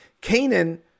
Canaan